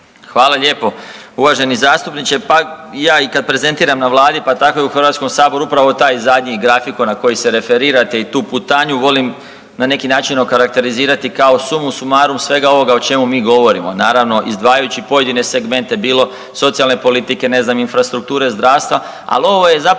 Hvala lijepo uvaženi zastupniče. Pa ja i kad prezentiram na vladi, pa tako i u HS upravo taj zadnji grafikon na koji se referirate i tu putanju volim na neki način okarakterizirati kao sumu sumarum svega ovoga o čemu mi govorimo, naravno izdvajajući pojedine segmente bilo socijalne politike, ne znam infrastrukture zdravstva, al ovo je zapravo